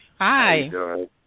Hi